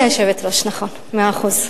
נכון, מאה אחוז.